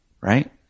right